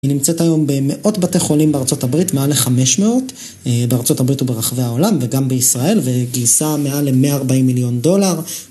היא נמצאת היום במאות בתי חולים בארה״ב, מעל לחמש מאות בארה״ב וברחבי העולם וגם בישראל, וגייסה מעל ל-140 מיליון דולר.